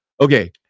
Okay